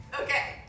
Okay